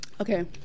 Okay